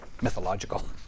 mythological